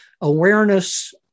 awareness